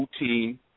routine